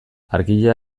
argia